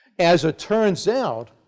as it turns out,